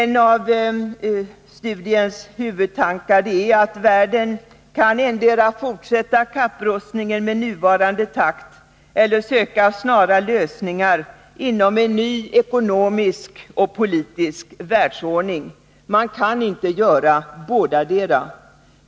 En av studiens huvudtankar är att världen kan endera fortsätta kapprustningen med nuvarande takt eller söka snara lösningar inom en ny ekonomisk och politisk världsordning. Man kan inte göra bådadera.